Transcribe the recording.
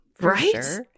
Right